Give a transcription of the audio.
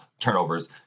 turnovers